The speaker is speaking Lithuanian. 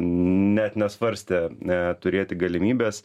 net nesvarstė a turėti galimybės